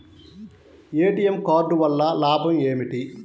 ATM card వల్ల లాభం ఏమిటి?